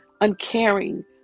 uncaring